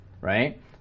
right